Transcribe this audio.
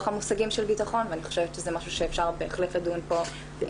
המושגים של בטחון ואני חושבת שזה משהו שאפשר בהחלט לדון פה ביחד.